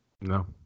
No